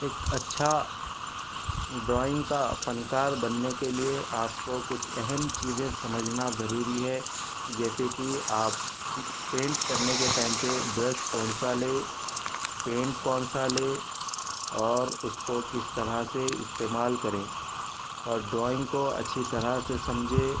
ایک اچّھا ڈرائنگ کا فنکار بننے کے لیے آپ کو کچھ اہم چیزیں سمجھنا ضروری ہے جیسے کہ آپ پینٹ کرنے کے ٹائم پہ برش کون سا لے پینٹ کون سا لے اور اس کو کس طرح سے استعمال کرے اور ڈرائنگ کو اچھی طرح سے سمجھے